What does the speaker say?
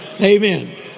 Amen